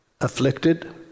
Afflicted